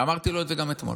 אמרתי לו את זה גם אתמול.